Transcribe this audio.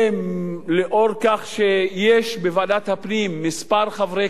ולאור זה שיש בוועדת הפנים כמה חברי